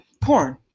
porn